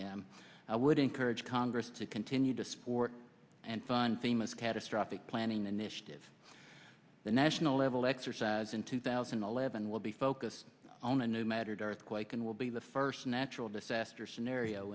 them i would encourage congress to continue to support and fun themas catastrophic planning an initiative the national level exercise in two thousand and eleven will be focused own a new mattered earthquake and will be the first natural disaster scenario